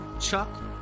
Chuck